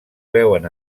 veuen